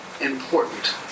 important